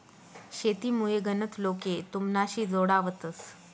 शेतीमुये गनच लोके तुमनाशी जोडावतंस